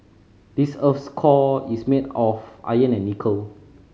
this earth's core is made of iron and nickel